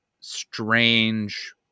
strange